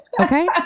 Okay